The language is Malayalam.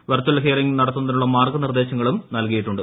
വെർച്ചൽ ഹിയറിങ് നടത്തുന്നതിനുള്ള മാർഗ്ഗ നിർദ്ദേശങ്ങളും നൽകിയിട്ടുണ്ട്